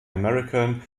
american